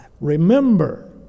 Remember